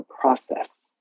process